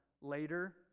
later